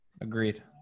Agreed